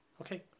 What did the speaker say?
Okay